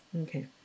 Okay